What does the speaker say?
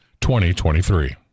2023